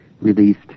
released